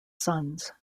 sons